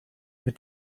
mit